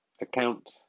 account